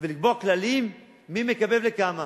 ולקבוע כללים לגבי מי מקבל וכמה.